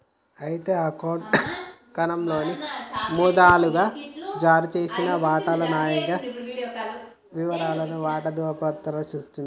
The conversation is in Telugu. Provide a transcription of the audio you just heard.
అయితే అకౌంట్ కోణంలో వాటా మూలధనం జారీ చేసిన వాటాల న్యాయమాత్రపు విలువను వాటా ధ్రువపత్రాలలో సూచిస్తుంది